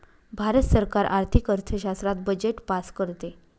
भारत सरकार आर्थिक अर्थशास्त्रात बजेट पास करते